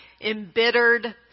embittered